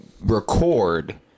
record